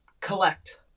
collect